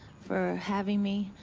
for having me